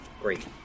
Great